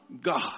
God